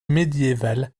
médiévale